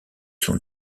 son